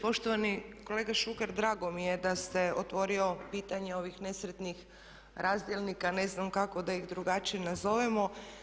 Poštovani kolega Šuker, drago mi je da ste otvorili pitanje ovih nesretnih razdjelnika, ne znam kako da ih drugačije nazovemo.